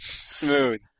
Smooth